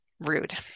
Rude